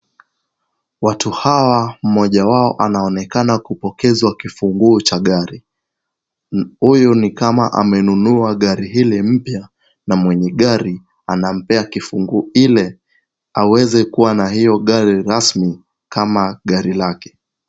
Watu hawa mmoja wao anaonekana kupokezwa kifunguo cha gari. Huyu nikama amenunua gari hili mpya na mwenye gari anampea kifunguo ili aweze kuwa na hiyo gari rasmi kama gari lake.